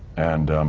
and